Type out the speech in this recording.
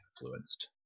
influenced